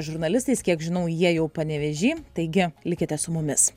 žurnalistais kiek žinau jie jau panevėžy taigi likite su mumis